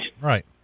right